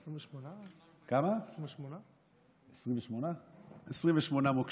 28. 28 מוקשים,